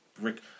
Rick